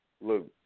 look